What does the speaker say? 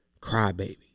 crybaby